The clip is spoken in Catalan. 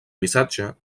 missatge